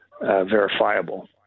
verifiable